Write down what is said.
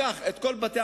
הוא לקח את כל בתי-המעצר,